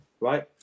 right